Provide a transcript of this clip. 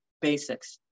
basics